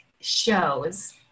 shows